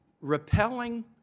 repelling